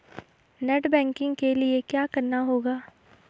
Net banking के लिए क्या करना होगा?